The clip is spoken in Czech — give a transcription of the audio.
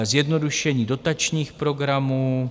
Zjednodušení dotačních programů.